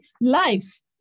life